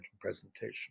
presentation